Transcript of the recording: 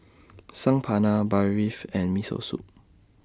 Saag Paneer Barfi and Miso Soup